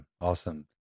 awesome